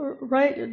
right